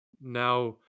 now